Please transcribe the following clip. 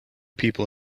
people